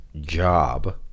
job